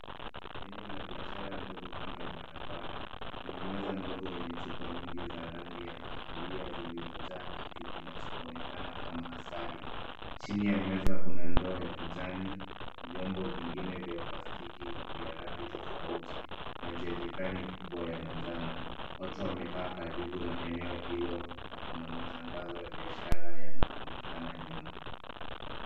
Eneo la biashara ndogo kando ya barabara, kuna meza ndogo yenye chupa nyingi za rangi ya kahawia zilizojaa kitu kinaonekana kama asali. Chini ya meza kuna ndoo ya kijani, vyombo vingine vya plastiki vya rangi tofauti na jerrycan kubwa ya manjano. Watu wamekaa karibu na eneo hilo na kuna matangazo ya biashara yanaonekana nyuma.